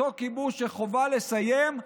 אותו כיבוש שחייבים לסיים.